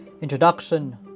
Introduction